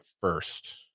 first